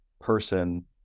person